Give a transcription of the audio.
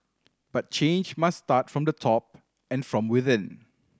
but change must start from the top and from within